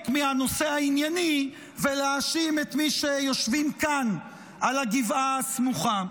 מהנושא הענייני ולהאשים את מי שיושבים כאן על הגבעה הסמוכה.